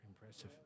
impressive